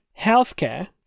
healthcare